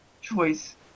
choice